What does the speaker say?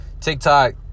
tiktok